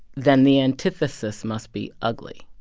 then the antithesis must be ugly